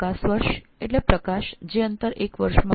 પ્રકાશ એક વર્ષમાં જે અંતર પસાર કરે છે તેને પ્રકાશવર્ષ કહેવાય